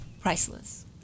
priceless